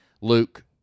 Luke